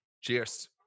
Cheers